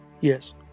Yes